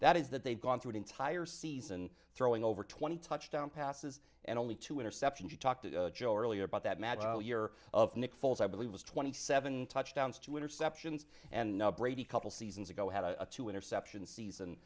that is that they've gone through an entire season throwing over twenty touchdown passes and only two interceptions you talked to joe earlier about that magic year of nick foles i believe was twenty seven touchdowns two interceptions and now brady couple seasons ago had a two interception season